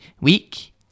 week